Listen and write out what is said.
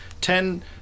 ten